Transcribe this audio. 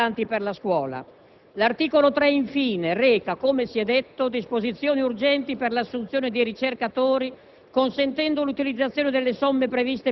Questo intervento libera risorse importanti per la scuola. L'articolo 3, infine, reca - come si è detto - disposizioni urgenti per l'assunzione di ricercatori